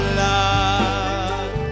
love